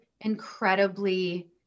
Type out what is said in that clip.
incredibly